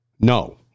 No